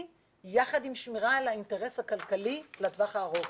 יחד עם שמירה על האינטרס הכלכלי לטווח הארוך.